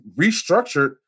restructured